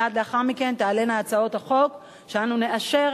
מייד לאחר מכן תעלינה הצעות חוק שאנו נאשר